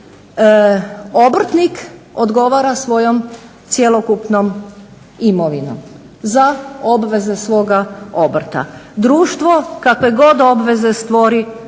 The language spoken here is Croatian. Obrtnik odgovara svojom cjelokupnom imovinom za obveze svoga obrta. Društvo kakve god obveze stvori